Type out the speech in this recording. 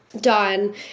done